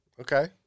Okay